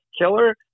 killer